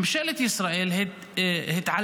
ממשלת ישראל התעלמה